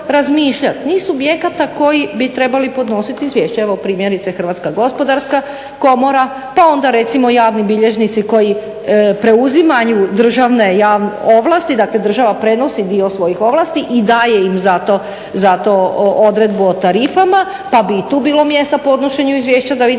niz subjekata koji bi trebali podnositi izvješće. Evo primjerice HGK pa onda recimo javni bilježnici koji preuzimaju državne ovlasti, dakle država prenosi dio svojih ovlasti i daje im za to odredbu o tarifama pa bi i tu bilo mjesta podnošenju izvješća da vidimo